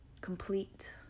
complete